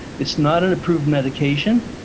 it's not an approved medication,